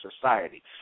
society